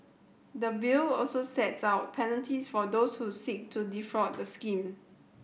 the Bill also sets out penalties for those who seek to defraud the scheme